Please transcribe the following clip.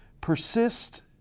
persist